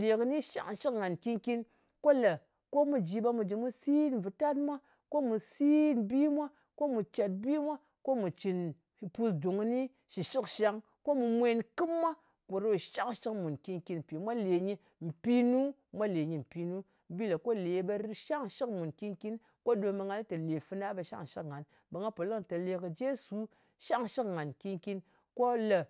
Le kɨni shangshɨk ngan nkin-kin. Ko mu ji ɓe mù jɨ̀ mù sit vùtat mwa, ko mù sit bi mwa, ko mù cet bi mwa. Ko mù cɨn pus dung kɨni shɨ shɨkshang. Ko mù mwèn kɨm mwa. Ko ɗa ɗo shangshlik ngàn nkìn-kin. Mpì mwa lè nyɨ mpi nu. Mwa lè nyɨ mpi-nu. Bi lē ko le ɓe rɨ shangshɨk mùn nkin-kin, ko ɗom ɓe nga lɨ tè lè fana ɓe shangshɨk ngan, ɓe nga pò lɨ kɨnɨ tè lè kɨ jesu shangshɨk ngàn nkin-kin ko lè